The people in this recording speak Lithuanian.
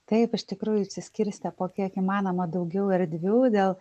taip iš tikrųjų išsiskirstę po kiek įmanoma daugiau erdvių dėl